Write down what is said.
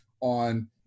on